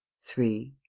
three.